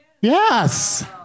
Yes